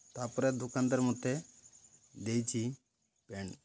ତା'ପରେ ଦୋକାନଦାର ମୋତେ ଦେଇଛି ପେଣ୍ଟ୍